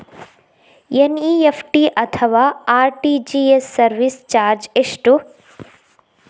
NEFT ಅಥವಾ RTGS service charge ಎಷ್ಟು?